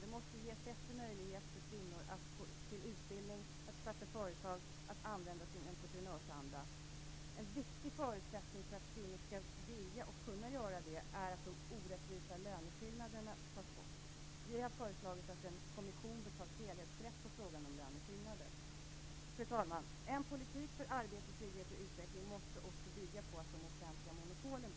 Det måste ges bättre möjligheter för kvinnor att få utbildning, att starta företag och att använda sin entreprenörsanda. En viktig förutsättning för att kvinnor skall vilja och kunna göra det är att de orättvisa löneskillnaderna tas bort. Vi har föreslagit att en kommission bör ta ett helhetsgrepp på frågan om löneskillnader. Fru talman! En politik för arbete, trygghet och utveckling måste också bygga på att de offentliga monopolen bryts.